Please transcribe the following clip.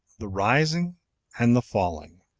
the rising and the falling,